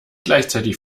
gleichzeitig